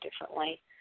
differently